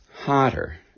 hotter